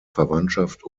verwandtschaft